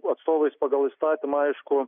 atstovais pagal įstatymą aišku